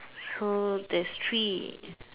so there's three